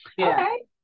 okay